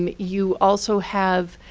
um you also have